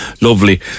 lovely